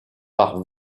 par